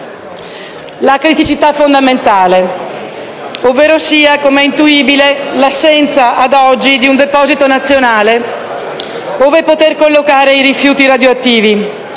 la criticità fondamentale; ovverosia, come è intuibile, l'assenza ad oggi di un deposito nazionale ove poter collocare i rifiuti radioattivi,